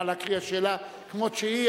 נא להקריא השאלה כמות שהיא,